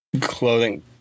clothing